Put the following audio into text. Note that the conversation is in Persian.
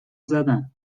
زدن